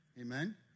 Amen